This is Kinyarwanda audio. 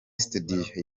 studio